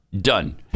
Done